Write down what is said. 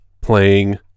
playing